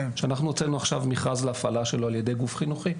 שאנחנו הוצאנו עכשיו מכרז להפעלה שלו על ידי גוף חינוכי.